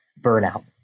burnout